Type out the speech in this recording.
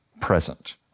present